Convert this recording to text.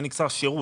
זה נקרא שירות.